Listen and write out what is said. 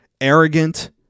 arrogant